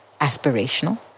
aspirational